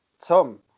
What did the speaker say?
Tom